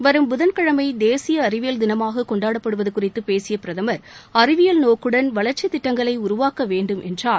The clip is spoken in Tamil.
வரும் புதன்கிழமை தேசிய அறிவியல் தினமாக கொண்டாடப்படுவது குறித்து பேசிய பிரதமர் அறிவியல் நோக்குடன் வளர்ச்சித் திட்டங்களை உருவாக்க வேண்டும் என்றார்